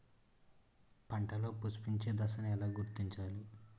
పంటలలో పుష్పించే దశను ఎలా గుర్తించాలి?